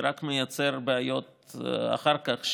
זה רק מייצר בעיות אחר כך,